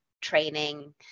training